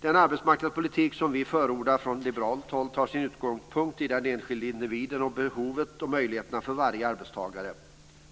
Den arbetsmarknadspolitik som vi förordar från liberalt håll tar sin utgångspunkt i den enskilde individen och i behovet och möjligheterna för varje arbetstagare.